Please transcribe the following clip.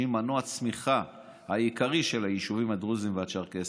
שהוא מנוע הצמיחה העיקרי של היישובים הדרוזיים והצ'רקסיים,